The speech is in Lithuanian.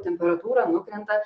temperatūra nukrenta